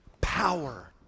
Power